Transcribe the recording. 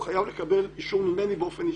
הוא חייב לקבל אישור ממני באופן אישי,